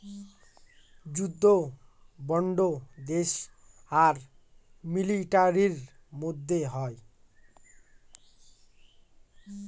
যুদ্ধ বন্ড দেশ আর মিলিটারির মধ্যে হয়